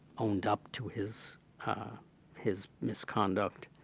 owned up to his ah his misconduct.